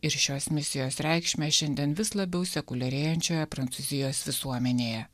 ir šios misijos reikšmę šiandien vis labiau sekuliarėjančioje prancūzijos visuomenėje